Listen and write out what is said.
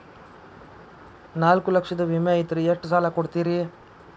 ನಾಲ್ಕು ಲಕ್ಷದ ವಿಮೆ ಐತ್ರಿ ಎಷ್ಟ ಸಾಲ ಕೊಡ್ತೇರಿ?